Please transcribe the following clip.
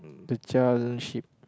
um the child ship